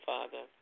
Father